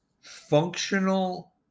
functional